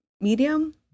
medium